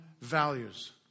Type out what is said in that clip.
values